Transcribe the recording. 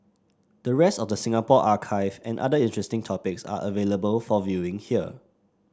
the rest of the Singapore archive and other interesting topics are available for viewing here